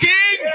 King